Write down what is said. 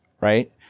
right